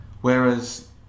Whereas